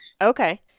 Okay